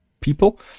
people